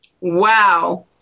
wow